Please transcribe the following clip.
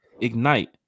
ignite